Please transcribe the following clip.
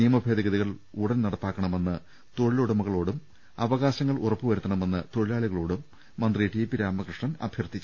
നിയമഭേദഗതികൾ ഉടൻ നടപ്പാക്കണമെന്ന് തൊഴിലുടമകളോടും അവകാശങ്ങൾ ഉറപ്പുവരുത്തണമെന്ന് തൊഴിലാളികളോടും മന്ത്രി ടി പി രാമകൃഷ്ണൻ അഭ്യർത്ഥിച്ചു